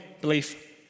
Belief